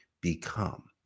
become